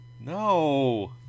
No